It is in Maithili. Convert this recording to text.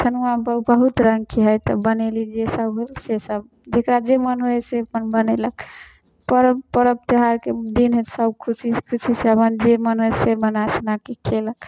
छनुआ बहुत रङ्गके हइ तऽ बनैली जे सब होल से सब जकरा जे मोन होइ हइ से अपन बनेलक परव परव त्योहारके दिन हइ सब खुशीसँ खुशीसँ अपन जे मोन भेल से बना सोनाके खएलक